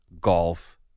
golf